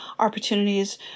Opportunities